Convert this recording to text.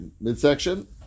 midsection